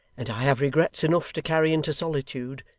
and i have regrets enough to carry into solitude,